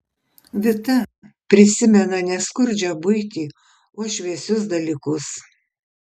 vita prisimena ne skurdžią buitį o šviesius dalykus